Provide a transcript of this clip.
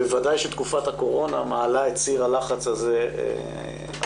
בוודאי שתקופת הקורונה מעלה את סיר הלחץ הזה המשפחתי.